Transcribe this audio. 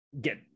get